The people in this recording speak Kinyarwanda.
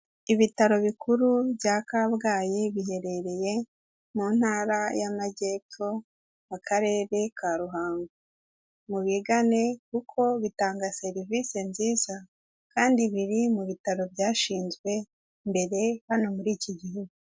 Ibitaro bikuru bya Kabgayi biherereye mu ntara y'Amajyepfo mu Karere ka Ruhango, mubigane kuko bitanga serivisi nziza kandi biri mu bitaro byashinzwe mbere hano muri iki gihugu.